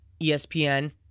ESPN